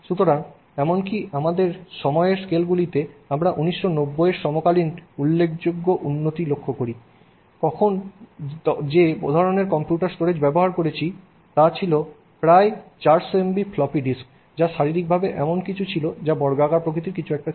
সুতরাং এমনকি আমাদের সময়ের স্কেলগুলিতে আমরা 1990 সমকালীন উল্লেখযোগ্য উন্নতি লক্ষ্য করি কখন যে ধরণের কম্পিউটার স্টোরেজ ব্যবহার করেছি তা ছিল প্রায় 400 MB ফ্লপি ডিস্ক যা শারীরিকভাবে এমন কিছু ছিল যা বর্গাকার প্রকৃতির কিছু একটা ছিল